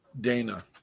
Dana